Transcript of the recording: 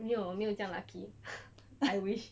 没有没有这样 lucky I wish